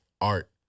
art